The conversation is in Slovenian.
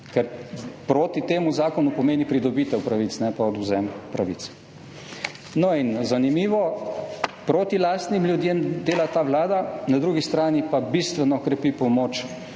proti temu zakonu pomeni pridobitev pravic, ne pa odvzem pravic. Zanimivo. Proti lastnim ljudem dela ta vlada, na drugi strani pa bistveno krepi pomoč